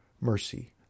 mercy